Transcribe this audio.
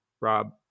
Rob